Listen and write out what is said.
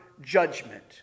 judgment